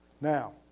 Now